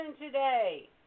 today